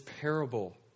parable